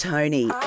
Tony